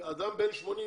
אדם בן 80,